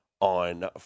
on